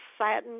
satin